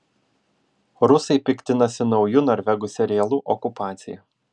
rusai piktinasi nauju norvegų serialu okupacija